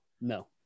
No